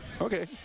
Okay